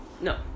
No